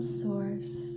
source